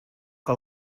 que